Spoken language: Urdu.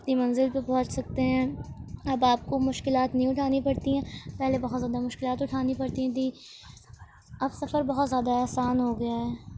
اپنی منزل پہ پہونچ سکتے ہیں اب آپ کو مشکلات نہیں اٹھانی پڑتی ہیں پہلے بہت زیادہ مشکلات اٹھانی پڑتی تھیں اب سفر بہت زیادہ آسان ہو گیا ہے